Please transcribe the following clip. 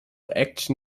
action